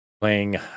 playing